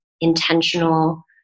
intentional